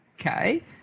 okay